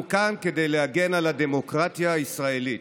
אנחנו כאן כדי להגן על הדמוקרטיה הישראלית.